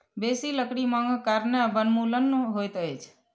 बेसी लकड़ी मांगक कारणें वनोन्मूलन होइत अछि